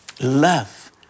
love